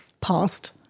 Past